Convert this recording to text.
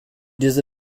diese